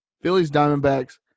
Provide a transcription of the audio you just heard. Phillies-Diamondbacks